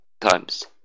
times